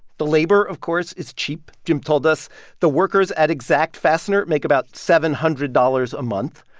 the labor, of course, is cheap. jim told us the workers at exact fastener make about seven hundred dollars a month.